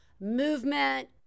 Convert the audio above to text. movement